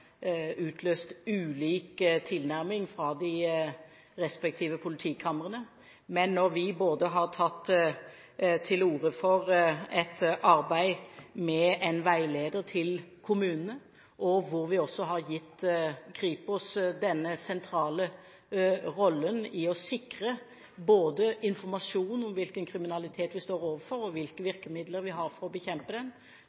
utløst ulik tilnærming fra de respektive politikamrene. Men når vi både har tatt til orde for et arbeid med en veileder til kommunene og vi har gitt Kripos denne sentrale rollen i å sikre informasjon om hvilken kriminalitet vi står overfor, og hvilke